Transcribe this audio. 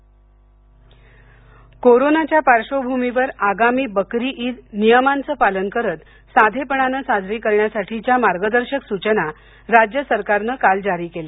ईद कोरोनाच्या पार्श्वभूमीवर आगामी बकरी ईद नियमांचं पालन करत साधेपणानं साजरी करण्यासाठीच्या मार्गदर्शक सूचना राज्य सरकारनं काल जारी केल्या